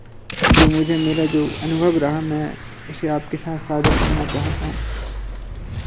जो मुझे मेरा जो अनुभव रहा मैं उसे आपके साथ साझा करना चाहता हूँ